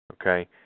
Okay